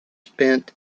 spent